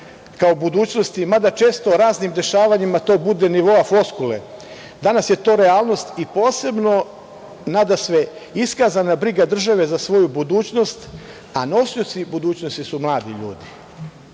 kao budućnosti, mada često raznim dešavanjima to bude nivo floskule. Danas je to realnost i posebno,, nadasve iskazana briga države za svoju budućnost, a nosioci budućnosti su mladi ljudi